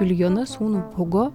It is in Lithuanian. julijona sūnų hugo